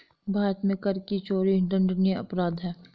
भारत में कर की चोरी दंडनीय अपराध है